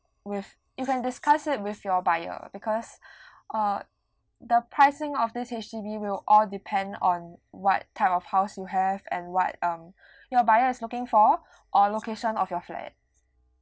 with you can discuss it with your buyer because uh the pricing of this H_D_B will all depend on what type of house you have and what um your buyer is looking for or location of your flat